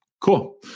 Cool